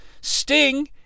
Sting